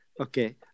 Okay